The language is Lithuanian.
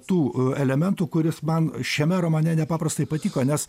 tų elementų kuris man šiame romane nepaprastai patiko nes